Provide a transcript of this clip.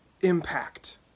impact